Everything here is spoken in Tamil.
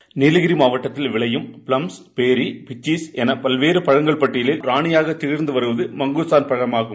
செகண்ட்ஸ் நீலகிரி மாவட்டத்தில் விளையும் ப்ளம்ஸ் பேரி பீஸ் என பல்வேறு பழங்கள் பட்டியலில் ராணியாக திகழ்வது மங்குஸ்தான் பழமாகும்